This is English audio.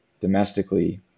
domestically